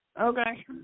okay